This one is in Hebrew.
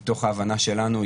מתוך ההבנה שלנו,